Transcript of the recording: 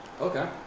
Okay